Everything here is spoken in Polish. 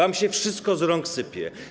Wam się wszystko z rąk sypie.